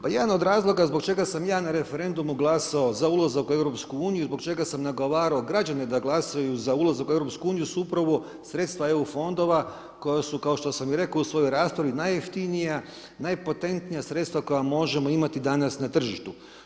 Pa jedan od razloga zbog čega sam ja na referendumu glasao za ulazak u EU i zbog čega sam nagovarao građane da glasaju za ulazak u EU su upravo sredstva EU fondova koja su kao što sam i rekao u svojoj raspravi najjeftinija, najpotentnija sredstva koja možemo imati danas na tržištu.